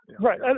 Right